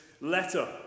letter